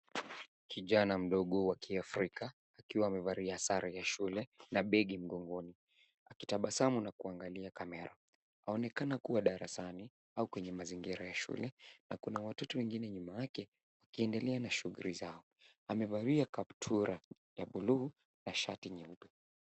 Kijana mdogo wa kiafrika akiwa amevalia sare ya shule na begi mgongoni akitabasamu na kuangalia kamera. Aonekana kuwa darasani au kwenye mazingira ya shule na kuna watoto wengine nyuma yake wakiendelea na shughuli zao. Amevalia kaptura ya bluu na shati nyeupe.